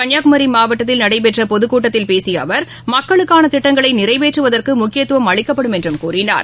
கன்னியாகுமரிமாவட்டத்தில் பொதுக்கூட்டத்தில் பேசியஅவர் மக்களுக்கானதிட்டங்களைநிறைவேற்றுவதற்குமுக்கியத்துவம் அளிக்கப்படும் என்றும் கூறினார்